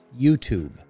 YouTube